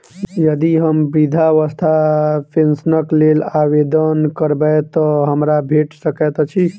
यदि हम वृद्धावस्था पेंशनक लेल आवेदन करबै तऽ हमरा भेट सकैत अछि?